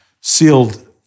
sealed